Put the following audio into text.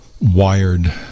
wired